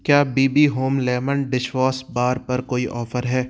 क्या B B home lemon dishwash bar पर कोई ऑफर है